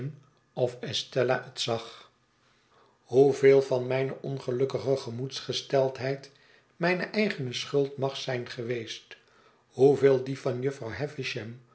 of estella het zag hoeveel van mijne ongelukkige gemoedsgesteldheid mijne eigene schuld mag zijn geweest hoeveel die van jufvrouw